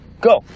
Go